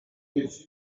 est